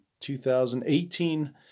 2018